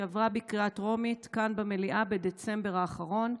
שעברה בקריאה טרומית כאן במליאה בדצמבר האחרון.